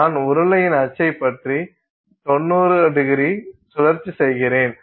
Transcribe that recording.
நான் உருளையின் அச்சை பற்றி 90º சுழற்சி செய்கிறேன்